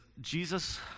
Jesus